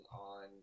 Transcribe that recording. on